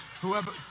Whoever